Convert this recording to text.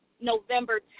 November